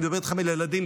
אני מדבר איתכם על ילדים,